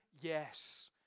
yes